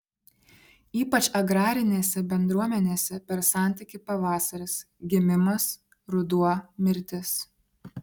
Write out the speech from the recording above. ypač agrarinėse bendruomenėse per santykį pavasaris gimimas ruduo mirtis